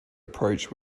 approach